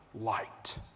light